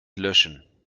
löschen